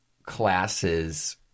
Classes